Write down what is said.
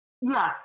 Yes